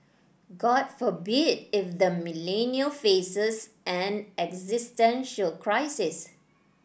god forbid if the Millennial faces an existential crisis